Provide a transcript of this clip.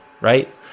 right